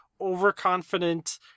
overconfident